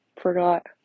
forgot